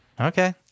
Okay